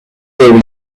will